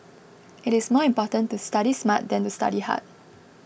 it is more important to study smart than to study hard